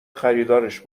خریدارش